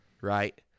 right